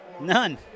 None